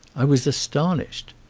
i was astonished.